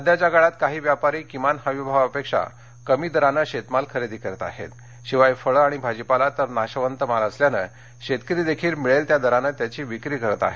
सध्याच्या काळात काही व्यापारी किमान हमी भावापेक्षा कमी दराने शेतमाल खरेदी करत आहेत शिवाय फळे आणि भाजीपाला तर नाशवंत माल असल्यानं शेतकरी देखील मिळेल त्या दरानं त्याची विक्री करत आहे